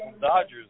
Dodgers